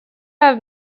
have